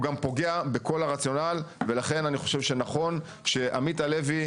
גם פוגע בכל הרציונל ולכן אני חושב שנכון שעמית הלוי,